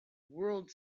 world